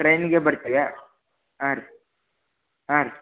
ಟ್ರೈನ್ಗೆ ಬರ್ತೀಯ ಹಾಂ ರೀ ಹಾಂ ರೀ